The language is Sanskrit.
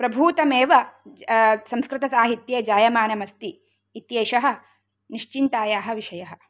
प्रभूतमेव संस्कृतसाहित्ये जायमानम् अस्ति इत्येषः निश्चिन्तायाः विषयः